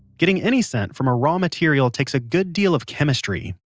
getting any scent from a raw material takes a good deal of chemistry.